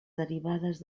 derivades